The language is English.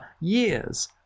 years